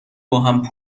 باهم